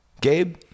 Gabe